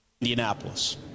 Indianapolis